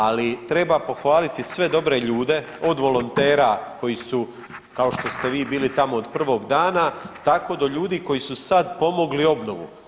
Ali treba pohvaliti sve dobre ljude od volontera koji su kao što ste vi bili tamo od prvog dana, tako do ljudi koji su sada pomogli obnovu.